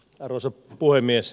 arvoisa puhemies